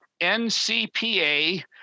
NCPA